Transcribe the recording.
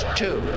two